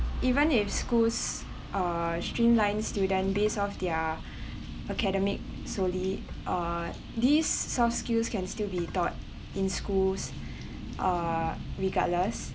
even if schools uh streamline student based off their academic solely uh these soft skills can still be taught in schools uh regardless